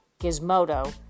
Gizmodo